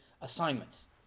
assignments